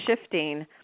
shifting